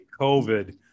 COVID